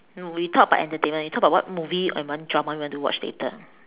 no we talk about entertainment we talk about what movie and one drama you want to watch later